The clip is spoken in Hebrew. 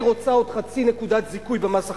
רוצה עוד חצי נקודת זיכוי במס הכנסה.